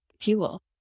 fuel